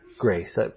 grace